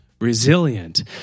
resilient